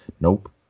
Nope